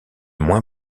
moins